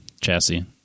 chassis